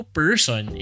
person